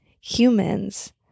humans